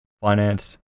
finance